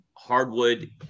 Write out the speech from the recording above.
hardwood